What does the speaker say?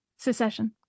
Secession